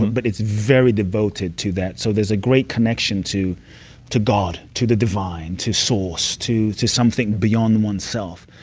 but it's very devoted to that. so there's a great connection to to god, to the divine, to source, to to something beyond one's self.